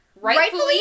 Rightfully